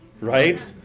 right